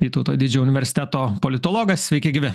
vytauto didžiojo universiteto politologas sveiki gyvi